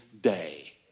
day